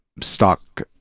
stock